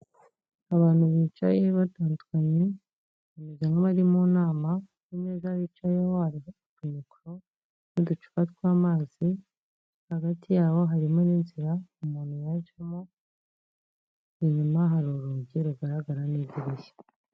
Abantu bicaye batandukanye bameze nka bari mu nama ku meza bicaye hari mikoro n'uducupa tw'amazi hagati yabo harimo n'inzira umuntu yacamo, inyuma hari urugi rugaragara nk'idirishya.